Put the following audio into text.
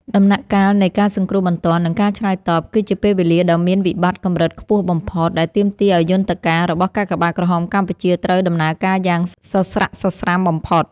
ដំណាក់កាលនៃ ការសង្គ្រោះបន្ទាន់ និងការឆ្លើយតប គឺជាពេលវេលាដ៏មានវិបត្តិកម្រិតខ្ពស់បំផុត ដែលទាមទារឱ្យយន្តការរបស់កាកបាទក្រហមកម្ពុជាត្រូវដំណើរការយ៉ាងសស្រាក់សស្រាំបំផុត។